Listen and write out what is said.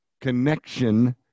connection